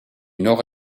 nord